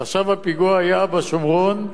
עכשיו הפיגוע היה בשומרון,